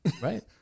right